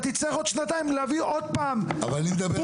אתה תצטרך עוד שנתיים להביא עוד פעם תקציב.